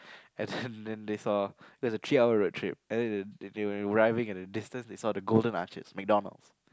and then then they saw there was a three hour road trip and then then they were arriving at a distance they saw the golden archers MacDonalds'